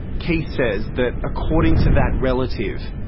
keith says that according to that relative,